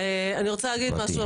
אני רוצה להגיד משהו,